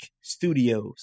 Studios